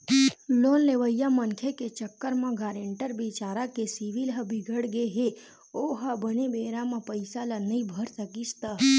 loan लेवइया मनखे के चक्कर म गारेंटर बिचारा के सिविल ह बिगड़गे हे ओहा बने बेरा म पइसा ल नइ भर सकिस त